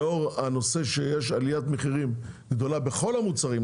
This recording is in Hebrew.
לאור זה שיש עליית מחירים גדולה בכל המוצרים,